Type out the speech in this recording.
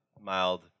mild